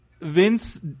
Vince –